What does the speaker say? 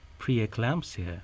preeclampsia